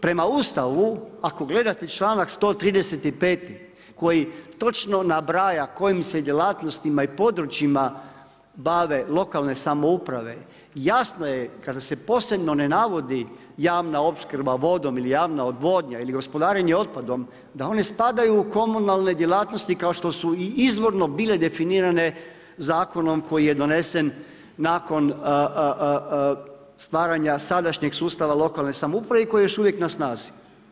Prema Ustavu ako gledate članak 135. koji točno nabraja kojim se djelatnostima i područjima bave lokalne samouprave, jasno je kada se posebno ne navodi javna opskrba vodom ili javna odvodnja ili gospodarenje otpadom, da one spadaju u komunalne djelatnosti kao što su i izvorno bile definirane zakonom koji je donesen nakon stvaranja sadašnjeg sustava lokalne samouprave i koji je još uvijek na snazi.